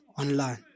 online